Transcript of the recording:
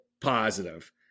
positive